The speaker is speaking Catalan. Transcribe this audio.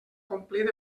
complit